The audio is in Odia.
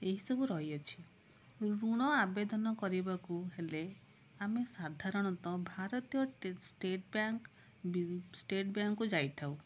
ଏହିସବୁ ରହିଅଛି ଋଣ ଆବେଦନ କରିବାକୁ ହେଲେ ଆମେ ସାଧାରଣତଃ ଭାରତୀୟ ଷ୍ଟେଟ ବ୍ୟାଙ୍କ ଷ୍ଟେଟ ବ୍ୟାଙ୍କକୁ ଯାଇଥାଉ